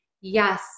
yes